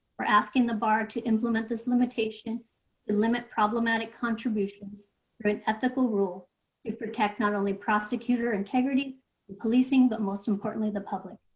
we're asking the bar to implement this limitation limit problematic contributions ethical rule is protect not only prosecutor integrity policing. but most importantly, the public.